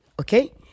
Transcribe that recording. okay